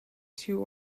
two